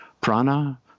prana